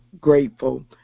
grateful